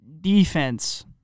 defense